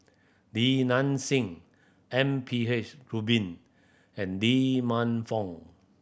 Li Nanxing M P H Rubin and Lee Man Fong